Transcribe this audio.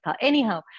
Anyhow